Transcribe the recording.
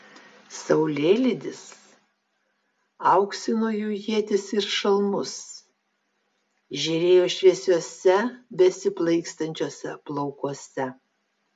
saulėlydis auksino jų ietis ir šalmus žėrėjo šviesiuose besiplaikstančiuose plaukuose